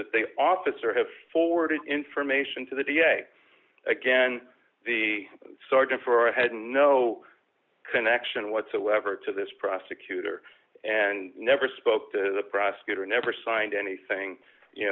that they officer have forwarded information to the da again the sergeant for had no connection whatsoever to this prosecutor and never spoke to the prosecutor never signed anything